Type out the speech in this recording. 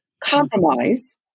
compromise